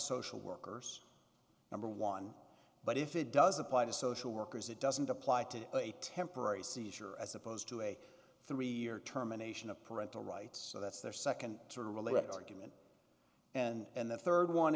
social workers number one but if it does apply to social workers it doesn't apply to a temporary seizure as opposed to a three year term a nation of parental rights that's their second to relate argument and the third one